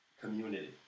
community